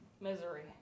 Misery